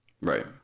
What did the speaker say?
Right